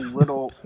little